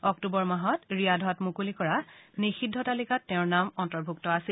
অক্টোবৰ মাহত ৰিয়াধত মুকলি কৰা নিষিদ্ধ তালিকাত তেওঁৰ নাম অন্তৰ্ভুক্ত আছিল